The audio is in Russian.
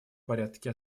порядке